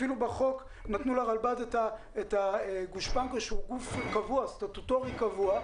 אפילו בחוק נתנו לרלב"ד את הגושפנקא כגוף סטטוטורי קבוע,